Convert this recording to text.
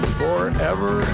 forever